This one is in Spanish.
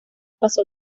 pasó